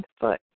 foot